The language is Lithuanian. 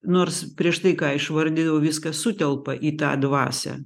nors prieš tai ką išvardijau viskas sutelpa į tą dvasią